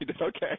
Okay